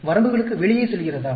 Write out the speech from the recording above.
வரம்புகளுக்கு வெளியே செல்கிறதா